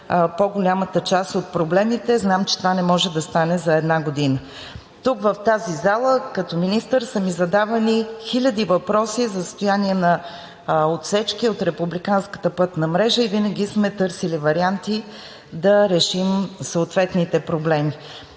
по-голяма част от проблемите. Знам, че това не може да стане за една година. Тук в тази зала като министър са ми задавани хиляди въпроси за състоянието на отсечки от републиканската пътна мрежа и винаги сме търсили варианти да решим съответните проблеми.